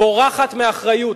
בורחת מאחריות.